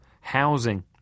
housing